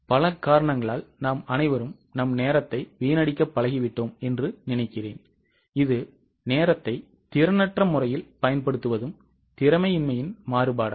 பல காரணங்களால் நாம் அனைவரும் நம் நேரத்தை வீணடிக்கப் பழகிவிட்டோம் என்று நினைக்கிறேன் இது நேரத்தை திறனற்ற முறையில் பயன்படுத்துவதும் திறமையின்மை மாறுபாடாகும்